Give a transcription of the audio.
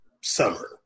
summer